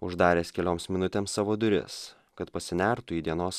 uždaręs kelioms minutėms savo duris kad pasinertų į dienos